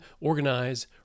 organize